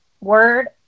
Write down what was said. word